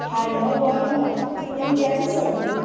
हाडलो बरो म्हूण पूण गेल सोडून